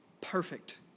Perfect